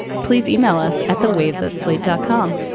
please email us at the waves at slate dot com.